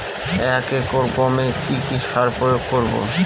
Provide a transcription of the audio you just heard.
এক একর গমে কি কী সার প্রয়োগ করব?